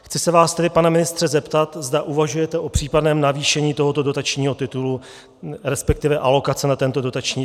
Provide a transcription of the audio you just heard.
Chci se vás tedy, pane ministře, zeptat, zda uvažujete o případném navýšení tohoto dotačního titulu, resp. alokace na tento dotační titul.